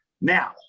Now